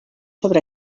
sobre